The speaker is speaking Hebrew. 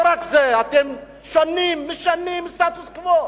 לא רק זה, אתם משנים סטטוס-קוו.